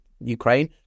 Ukraine